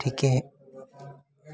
ठीके